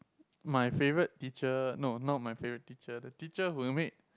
my favourite teacher no not my favourite teacher the teacher who made